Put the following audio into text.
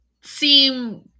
seem